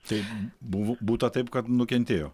tai buvo būta taip kad nukentėjo